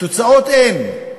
תוצאות אין.